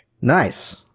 Nice